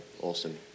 awesome